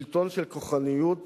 שלטון של כוחניות ואיומים.